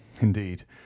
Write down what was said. Indeed